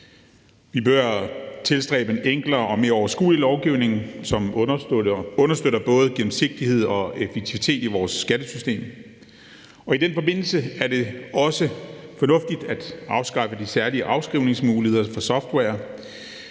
Vi bør tilstræbe en enklere og mere overskuelig lovgivning, som understøtter både gennemsigtighed og effektivitet i vores skattesystem. I den forbindelse er det også fornuftigt at afskaffe de særlige afskrivningsmuligheder for software.